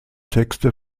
texte